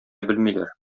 белмиләр